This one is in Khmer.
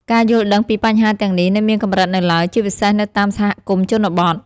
ការយល់ដឹងពីបញ្ហាទាំងនេះនៅមានកម្រិតនៅឡើយ ជាពិសេសនៅតាមសហគមន៍ជនបទ។